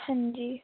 हां जी